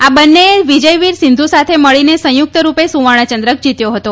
આ બંનેએ વિજયવીર સિંધુ સાથે મળીને સંયુક્તરૂપે સુવર્ણ ચંદ્રક જીત્યો હતો